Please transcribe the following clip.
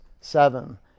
seven